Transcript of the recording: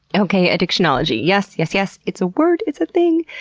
okay. addictionology. yes, yes, yes. it's a word, it's a thing!